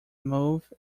move